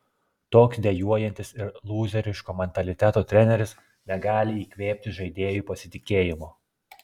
toks dejuojantis ir lūzeriško mentaliteto treneris negali įkvėpti žaidėjui pasitikėjimo